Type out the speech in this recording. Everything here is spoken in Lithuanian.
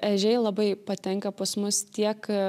ežiai labai patenka pas mus tiek